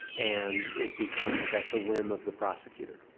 and it becomes at the whim of the prosecutor.